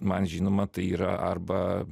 man žinoma tai yra arba